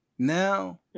Now